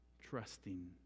trusting